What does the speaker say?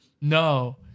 no